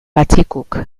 patxikuk